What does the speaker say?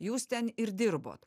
jūs ten ir dirbot